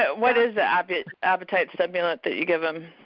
what is the appetite appetite stimulant that you give him?